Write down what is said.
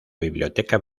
biblioteca